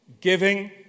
giving